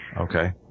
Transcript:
Okay